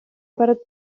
перед